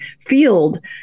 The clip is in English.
field